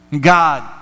God